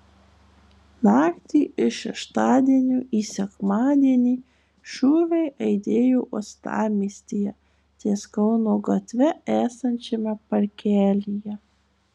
naktį iš šeštadienio į sekmadienį šūviai aidėjo uostamiestyje ties kauno gatve esančiame parkelyje